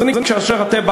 אז כאשר אתה,